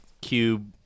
cube